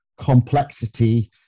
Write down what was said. complexity